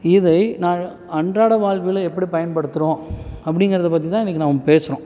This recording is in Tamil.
இதை நான் அன்றாட வாழ்வில் எப்படி பயன்படுத்துகிறோம் அப்படிங்கிறத பற்றி தான் இன்றைக்கு நாம் பேசுகிறோம்